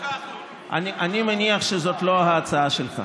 אני מניח שזאת לא ההצעה שלך.